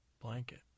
blanket